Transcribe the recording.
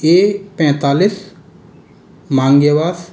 ए पैंतालीस माँग्यवास